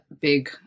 big